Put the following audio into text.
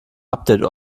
update